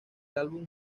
álbum